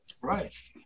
Right